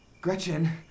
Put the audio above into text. Gretchen